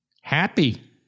happy